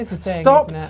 Stop